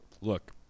look